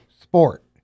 sport